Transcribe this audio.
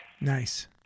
Nice